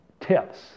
tips